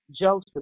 Joseph